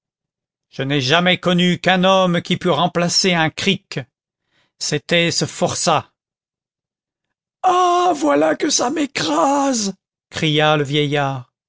je n'ai jamais connu qu'un homme qui pût remplacer un cric c'était ce forçat ah voilà que ça m'écrase cria le vieillard